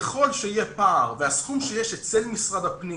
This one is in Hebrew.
ככל שיהיה פער והסכום שיש אצלנו במשרד הפנים